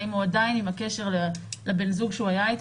האם הוא עדיין בקשר עם הבן זוג שהיה איתו.